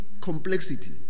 complexity